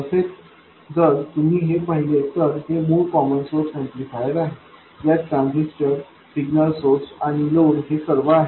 तसेच जर तुम्ही हे पाहिले तर हे मूळ कॉमन सोर्स ऍम्प्लिफायर आहे यात ट्रान्झिस्टर सिग्नल सोर्स आणि लोड हे सर्व आहे